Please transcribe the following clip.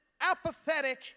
apathetic